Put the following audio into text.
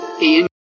Ian